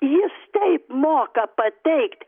jis taip moka pateikt